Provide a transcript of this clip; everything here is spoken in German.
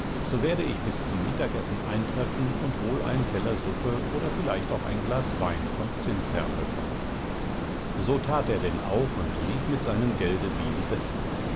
so werde ich bis zum mittagessen eintreffen und wohl einen teller suppe und vielleicht auch ein glas wein vom zinsherren bekommen so tat er denn auch und lief mit seinem gelde wie besessen